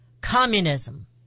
communism